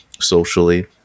socially